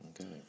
Okay